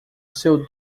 seu